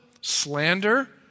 slander